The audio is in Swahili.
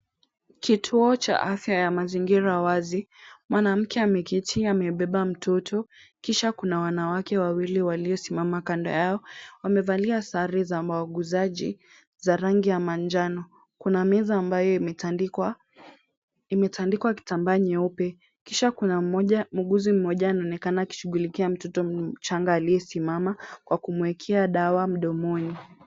Kituo cha afya ya mazingira wazi, mwanamke ameketi amebeba mtoto, kisha kuna wanawake wawili waliosimama kando yao, wamevalia sare za mauguzaji za rangi ya manjano. Kuna meza ambayo imetandikwa kitambaa nyeupe, kisha kuna muuguzi mmoja anaonekana akishughulikia mtoto mchanga aliyesimama kwa kumuekea dawa mdomoni.